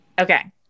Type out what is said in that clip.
Okay